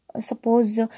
Suppose